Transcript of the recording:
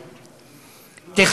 מס'